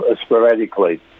sporadically